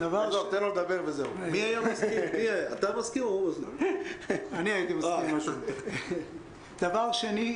דבר שני,